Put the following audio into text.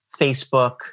Facebook